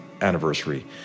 anniversary